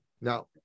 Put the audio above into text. now